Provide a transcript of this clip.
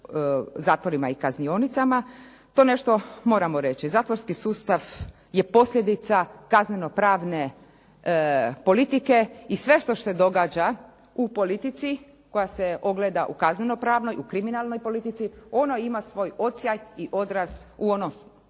zatvorima i kaznionicama? To nešto moramo reći. Zatvorski sustav je posljedica kazneno prane politike i sve što se događa u politici koja se ogleda u kazneno pravnoj, u kriminalnoj politici ono ima svoj odsjaj i odraz u onom